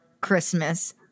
Christmas